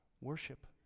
worship